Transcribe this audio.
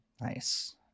Nice